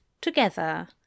together